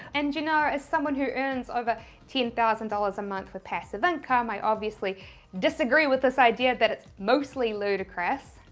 and, you know, as someone who earns over ten thousand dollars a month with passive income, i obviously disagree with this idea that it's mostly ludicrous.